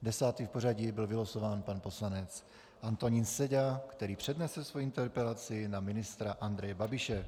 Desátý v pořadí byl vylosován pan poslanec Antonín Seďa, který přednese svoji interpelaci na ministra Andreje Babiše.